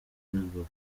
facebook